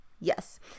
Yes